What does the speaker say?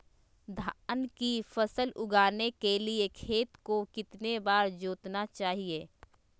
धान की फसल उगाने के लिए खेत को कितने बार जोतना चाइए?